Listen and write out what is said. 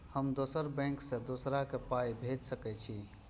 हम दोसर बैंक से दोसरा के पाय भेज सके छी?